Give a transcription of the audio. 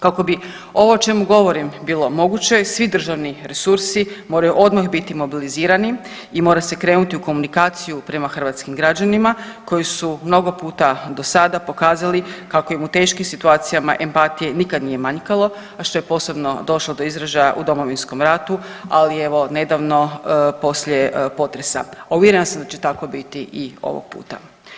Kako bi ovo o čemu govorim bilo moguće svi državni resursi moraju odmah biti mobilizirani i mora se krenuti u komunikaciju prema hrvatskim građanima koji su mnogo puta do sada pokazali kako im u teškim situacijama empatije nikad nije manjkalo, a što je posebno došlo do izražaja u Domovinskom ratu ali evo i nedavno poslije potresa, a uvjerena sam da će tako biti i ovog puta.